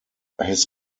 his